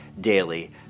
daily